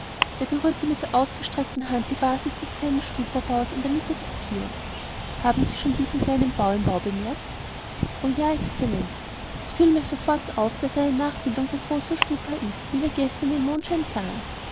er berührte mit der ausgestreckten hand die basis des kleinen stupabaues in der mitte des kiosk haben sie schon diesen kleinen bau im bau bemerkt o ja exzellenz es fiel mir sofort auf daß er eine nachbildung der großen stupa ist die wir gestern im mondschein sahen